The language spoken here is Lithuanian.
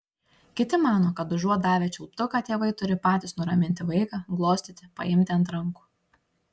kiti mano kad užuot davę čiulptuką tėvai turi patys nuraminti vaiką glostyti paimti ant rankų